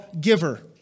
giver